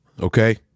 okay